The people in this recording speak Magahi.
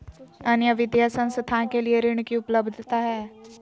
अन्य वित्तीय संस्थाएं के लिए ऋण की उपलब्धता है?